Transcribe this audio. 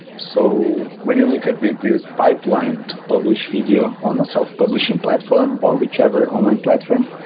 so when you look at the the pipeline to publish video on a self-publishing platform, or whichever online platform,